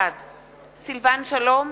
בעד סילבן שלום,